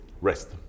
rest